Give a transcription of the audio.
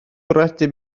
bwriadu